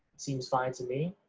seems fine to me.